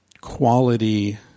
quality